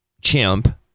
chimp